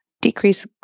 decrease